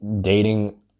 dating